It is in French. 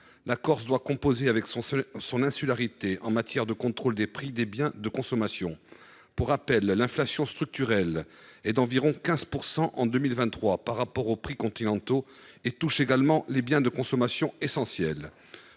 La Corse doit composer avec son insularité en matière de contrôle des prix des biens de consommation. Pour rappel, l’inflation structurelle y est d’environ 15 % en 2023, plus importante que celle affectant les prix continentaux, et touche également les biens de consommation essentiels.